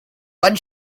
one